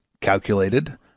calculated